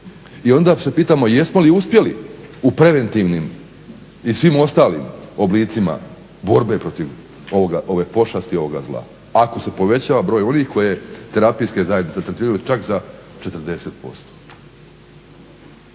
i onda se pitamo jesmo li uspjeli u preventivnim i svim ostalim oblicima borbe protiv ovoga, ove pošasti, ovoga zla, ako se poveća broj onih koji terapijske zajednice tretiraju čak za 40%.